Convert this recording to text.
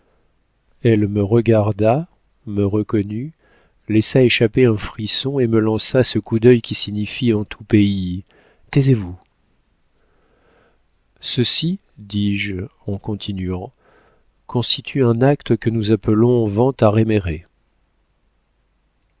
elle me regarda me reconnut laissa échapper un frisson et me lança ce coup d'œil qui signifie en tout pays taisez-vous ceci dis-je en continuant constitue un acte que nous appelons vente à